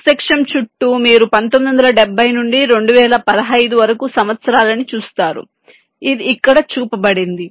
X అక్షం చుట్టూ మీరు 1970 నుండి 2015 వరకు సంవత్సరాలని చూస్తారు ఇది ఇక్కడ చూపబడింది